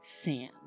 Sam